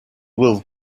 will